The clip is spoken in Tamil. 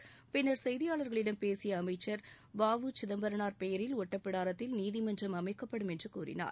திருகடம்பூர் செய்தியாளர்களிடம் பேசியஅமைச்சர் வ உ பின்னர் சிதம்பரனார் பெயரில் ஒட்டப்பிடாரத்தில் நீதிமன்றம் அமைக்கப்படும் என்றுகூறினார்